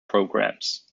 programs